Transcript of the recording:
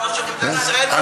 שמעתי עליהן,